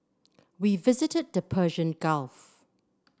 we visited the Persian Gulf